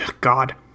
god